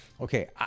Okay